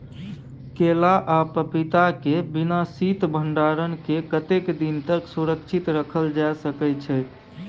केला आ पपीता के बिना शीत भंडारण के कतेक दिन तक सुरक्षित रखल जा सकै छै?